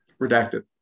Redacted